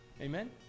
Amen